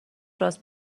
راست